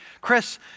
Chris